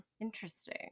interesting